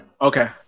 Okay